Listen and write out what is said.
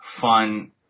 fun